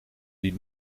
die